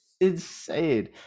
insane